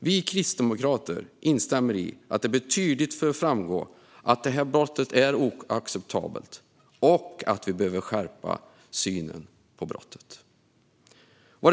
Vi kristdemokrater instämmer i att det tydligt bör framgå att brottet är oacceptabelt och att synen på brottet bör skärpas.